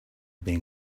been